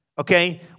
okay